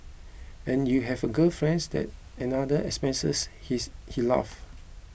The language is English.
and you have a girlfriends that's another expenses he is he laugh